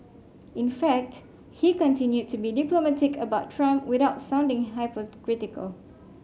in fact he continued to be diplomatic about Trump without sounding hypocritical